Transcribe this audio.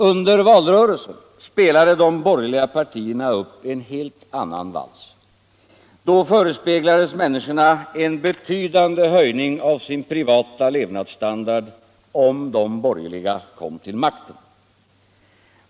Under valrörelsen spelade de borgerliga partierna upp en helt annan vals. Då förespeglades människorna en betydande höjning av sin privata levnadsstandard om de borgerliga kom till makten.